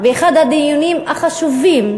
באחד הדיונים החשובים,